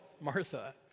Martha